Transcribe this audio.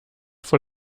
vor